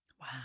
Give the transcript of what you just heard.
Wow